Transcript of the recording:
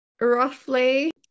roughly